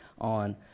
on